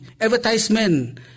advertisement